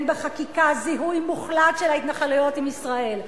בחקיקה זיהוי מוחלט של ההתנחלויות עם ישראל.